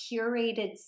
curated